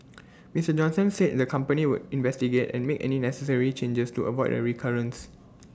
Mister Johnson said the company would investigate and make any necessary changes to avoid A recurrence